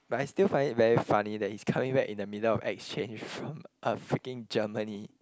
but I still find it very funny that he's coming back in the middle of exchange from a freaking Germany